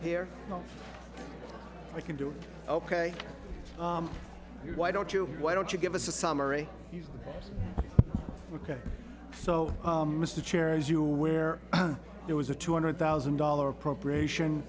here i can do ok why don't you why don't you give us a summary ok so mr chair is you aware there was a two hundred thousand dollars appropriation